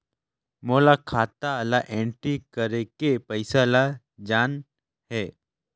मोला खाता ला एंट्री करेके पइसा ला जान हे?